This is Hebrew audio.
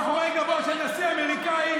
מאחורי גבו של נשיא אמריקאי,